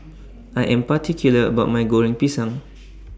I Am particular about My Goreng Pisang